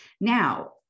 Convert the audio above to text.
Now